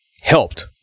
helped